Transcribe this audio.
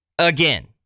Again